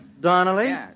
Donnelly